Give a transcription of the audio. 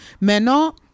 Maintenant